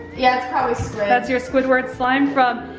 yeah, it's probably squid. that's your squidward slime from,